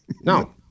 No